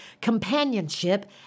companionship